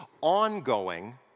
ongoing